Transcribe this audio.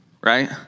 right